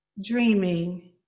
dreaming